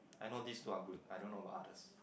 I know this two are good I don't know about others